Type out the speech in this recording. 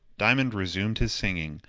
diamond resumed his singing.